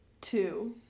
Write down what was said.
two